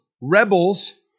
Rebels